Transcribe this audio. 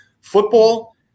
Football